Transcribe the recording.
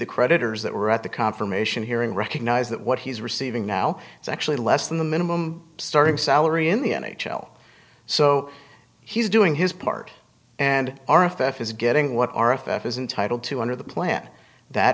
the creditors that were at the confirmation hearing recognize that what he's receiving now is actually less than the minimum starting salary in the n h l so he's doing his part and our effect is getting what our if f is entitle to under the plan that